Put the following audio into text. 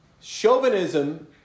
chauvinism